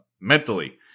mentally